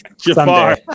Jafar